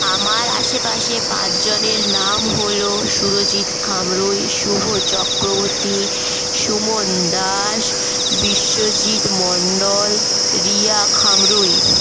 আমার আশেপাশে পাঁচজনের নাম হল সুরজিৎ খামরুই শুভ চক্রবর্তী সুমন দাস বিশ্বজিৎ মণ্ডল রিয়া খামরুই